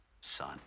son